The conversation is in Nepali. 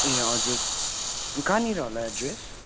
ए हजुर कहाँनिर होला एड्रेस